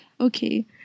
okay